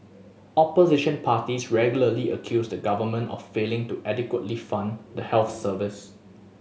opposition parties regularly accuse the government of failing to adequately fund the health service